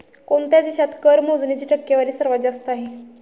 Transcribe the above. कोणत्या देशात कर मोजणीची टक्केवारी सर्वात जास्त आहे?